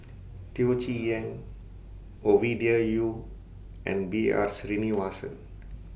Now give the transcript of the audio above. Teo Chee Hean Ovidia Yu and B R Sreenivasan